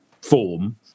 form